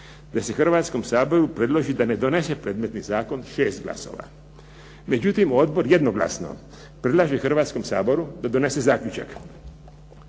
Da se Hrvatskom saboru predloži da ne donese predmetni zakon 6 glasova. Međutim, odbor jednoglasno predlaže Hrvatskom saboru da donese zaključak.